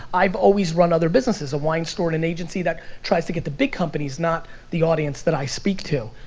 i've always run other businesses, the wine store and an agency that tries to get the big companies, not the audience that i speak to.